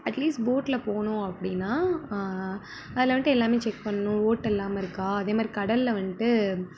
at least போட்டில் போனோம் அப்படின்னா அதில் வந்துட்டு எல்லாமே செக் பண்ணும் ஓட்டை இல்லாமல் இருக்கா அதே மாரி கடலில் வந்துட்டு